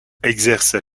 exercent